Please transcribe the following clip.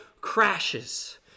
crashes